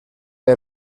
per